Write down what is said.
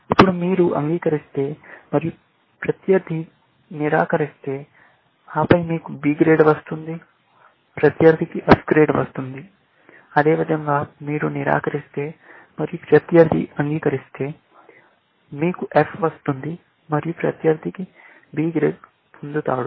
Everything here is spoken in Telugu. ఇప్పుడు మీరు అంగీకరిస్తే మరియు ప్రత్యర్థి నిరాకరిస్తే ఆపై మీకు B గ్రేడ్ వస్తుంది మరియు ప్రత్యర్థికి F గ్రేడ్ వస్తుంది అదేవిధంగా మీరు నిరాకరిస్తే మరియు ప్రత్యర్థి అంగీకరిస్తే మీకు F వస్తుంది మరియు ప్రత్యర్థి B గ్రేడ్ పొందుతాడు